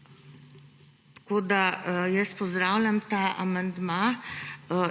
manjše pasme. Pozdravljam ta amandma